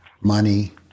money